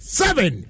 seven